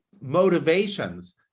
motivations